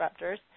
disruptors